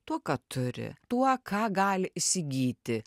tuo ką turi tuo ką gali įsigyti